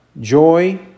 joy